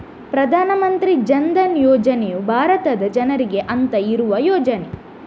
ಪ್ರಧಾನ ಮಂತ್ರಿ ಜನ್ ಧನ್ ಯೋಜನೆಯು ಭಾರತದ ಜನರಿಗೆ ಅಂತ ಇರುವ ಯೋಜನೆ